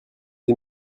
des